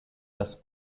das